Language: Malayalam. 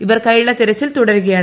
ഇവർക്കായുള്ള തിരച്ചിൽ തുടരുകയാണ്